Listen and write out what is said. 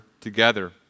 together